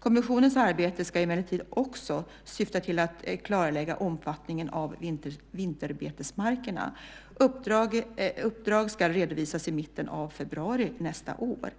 Kommissionens arbete ska emellertid också syfta till att klarlägga omfattningen av vinterbetesmarkerna. Uppdrag ska redovisas i mitten av februari nästa år.